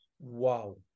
Wow